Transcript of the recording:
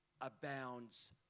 abounds